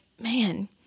man